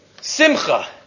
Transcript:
Simcha